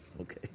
Okay